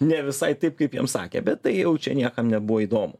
ne visai taip kaip jam sakė bet tai jau čia niekam nebuvo įdomu